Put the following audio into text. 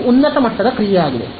ಇದು ಉನ್ನತ ಮಟ್ಟದ ಕ್ರಿಯೆಯಾಗಿದೆ